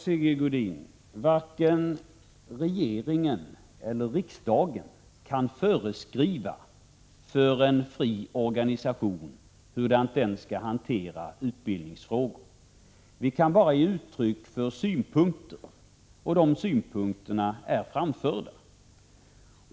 Herr talman! Varken regeringen eller riksdagen kan föreskriva för en fri organisation hur den skall hantera utbildningsfrågor. Vi kan bara ge uttryck för synpunkter, och de synpunkterna är framförda.